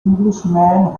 englishman